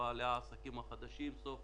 בעלי העסקים החדשים מסוף